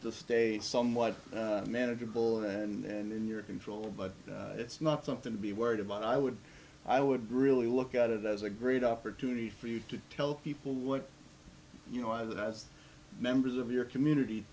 the state somewhat manageable and in your control but it's not something to be worried about i would i would really look at it as a great opportunity for you to tell people what you know either as members of your community